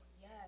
yes